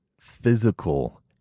physical